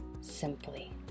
simply